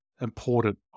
important